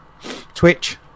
Twitch